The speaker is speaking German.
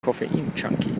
koffeinjunkie